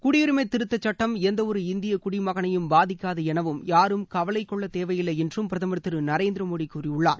குடியுரிமை திருத்தச் சட்டம்எந்த ஒரு இந்திய குடிமகனையும் பாதிக்காது எனவும் யாரும் கவலை கொள்ள தேவையில்லை என்றும் பிரதமர் திரு நரேந்திர மோடி கூறியுள்ளார்